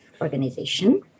Organization